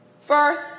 First